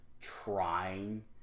trying